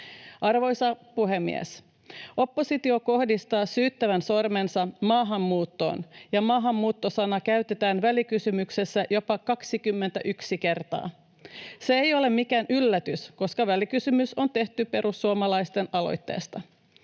Arvoisa puhemies! Oppositio kohdistaa syyttävän sormensa maahanmuuttoon, ja maahanmuutto-sanaa käytetään välikysymyksessä jopa 21 kertaa. Se ei ole mikään yllätys, koska välikysymys on tehty perussuomalaisten aloitteesta.